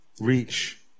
reach